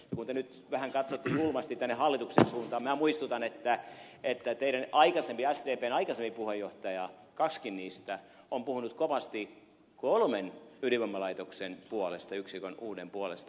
kun te nyt vähän katsotte julmasti tänne hallituksen suuntaan minä muistutan että teidän aikaisempi puheenjohtajanne sdpn aikaisempi puheenjohtaja kaksikin niistä on puhunut kovasti kolmen ydinvoimalaitoksen puolesta uuden yksikön puolesta